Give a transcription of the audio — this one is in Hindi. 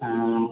हाँ